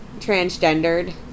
Transgendered